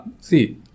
see